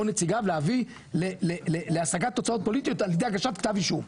נציגיו להביא להשגת תוצאות פוליטיות על ידי הגשת כתב אישום,